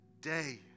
day